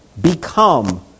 become